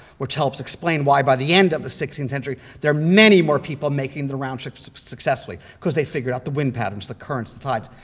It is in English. which helps explain why by the end of the sixteenth century, there are many more people making the round trip successfully because they figured out the wind patterns, the currents, the tides.